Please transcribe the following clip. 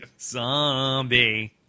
Zombie